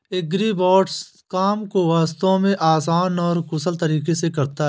agribots काम को वास्तव में आसान और कुशल तरीके से करता है